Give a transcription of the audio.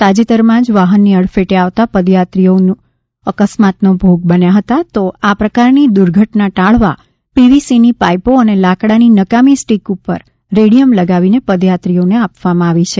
તાજેતરમાં જ વાહનની અડફેટે આવતા પદયાત્રીઓ અકસ્માતનો ભોગ બન્યા હતા તો આ પ્રકારની દ્દર્ઘટના ટાળવા પીવીસીની પાઈપો અને લાકડાની નકામી સ્ટિકની ઉપર રેડિયમ લગાવી પદયાત્રીઓને આપવામાં આવી છે